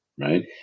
Right